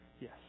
yes